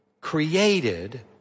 created